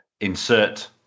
insert